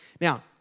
Now